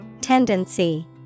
Tendency